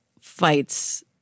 fights